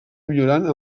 millorant